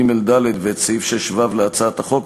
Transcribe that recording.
ג' וד' ואת סעיף 6(ו) להצעת החוק,